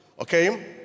okay